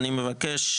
אני מבקש,